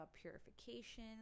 purification